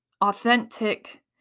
Authentic